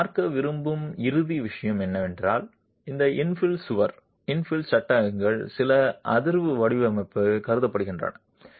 நான் பார்க்க விரும்பும் இறுதி விஷயம் என்னவென்றால் இந்த இன்ஃபில் சுவர்கள் இன்ஃபில் சட்டங்கள் நில அதிர்வு வடிவமைப்பில் கருதப்படுகின்றன